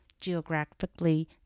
geographically